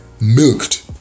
milked